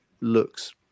looks